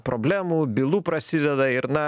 problemų bylų prasideda ir na